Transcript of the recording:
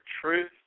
truth